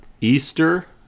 Easter